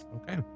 Okay